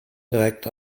direkt